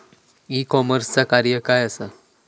E कॉमर्सचा कार्य काय असा?